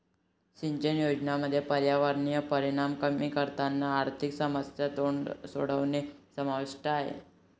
सिंचन योजनांमध्ये पर्यावरणीय परिणाम कमी करताना आर्थिक समस्या सोडवणे समाविष्ट आहे